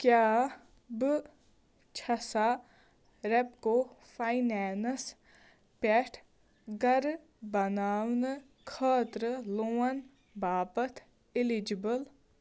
کیٛاہ بہٕ چھےٚ سا رٮ۪پکو فاینینٕس پٮ۪ٹھ گَرٕ بناونہٕ خٲطرٕ لون باپتھ اِلِجِبٕل